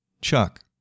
Chuck